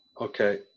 okay